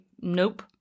nope